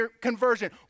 conversion